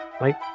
right